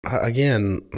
again